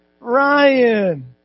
Ryan